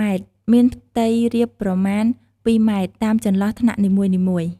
ម៉ែត្រ មានផ្ទៃរាបប្រមាណ ២ម៉ែត្រ តាមចន្លោះថ្នាក់នីមួយៗ។